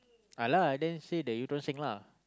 ah lah then say the Eu-Tong-Seng lah